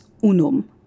unum